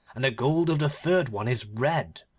and the gold of the third one is red.